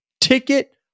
ticket